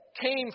came